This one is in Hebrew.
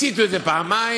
הציתו את זה פעמיים.